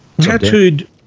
Tattooed